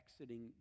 exiting